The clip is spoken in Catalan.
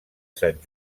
sant